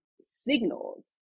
signals